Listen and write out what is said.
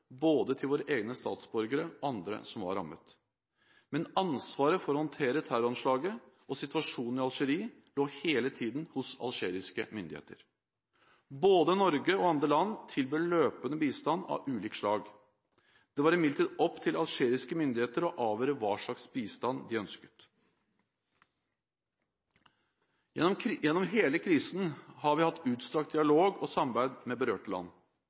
til både våre egne statsborgere og andre som var rammet. Men ansvaret for å håndtere terroranslaget og situasjonen i Algerie lå hele tiden hos algeriske myndigheter. Både Norge og andre land tilbød løpende bistand av ulike slag. Det var imidlertid opp til algeriske myndigheter å avgjøre hva slags bistand de ønsket. Gjennom hele krisen har vi hatt utstrakt dialog og samarbeid med berørte land.